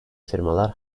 firmalar